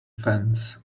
fence